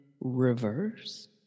reverse